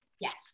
Yes